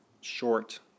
short